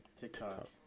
TikTok